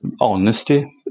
honesty